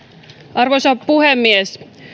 arvoisa puhemies